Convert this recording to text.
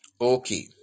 Okay